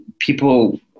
people